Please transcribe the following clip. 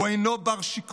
הוא אינו בר-שיקום,